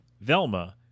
Velma